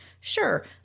Sure